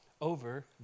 over